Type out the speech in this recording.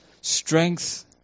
strength